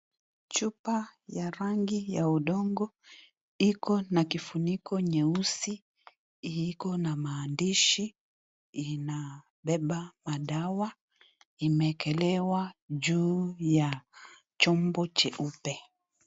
Chupa ya rangi ya udongo iko na kifuniko nyeusi iko na maandishi inabeba madawa imeekelewa juu ya chombo jeupe.